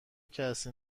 کسی